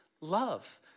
love